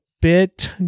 bit